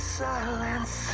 silence